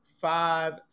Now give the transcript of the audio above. five